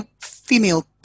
female